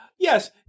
Yes